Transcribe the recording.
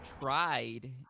tried